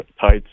tights